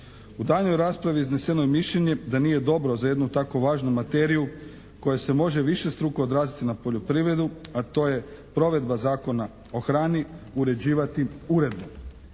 U daljnjoj raspravi izneseno je mišljenje da nije za jednu tako važnu materiju koja se može višestruko odraziti na poljoprivredu, a to je provedba Zakona o hrani uređivati uredbom.